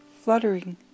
fluttering